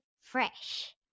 Fresh